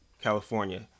California